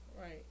Right